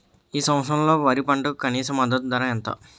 ఈ సంవత్సరంలో వరి పంటకు కనీస మద్దతు ధర ఎంత?